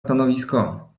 stanowisko